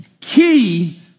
key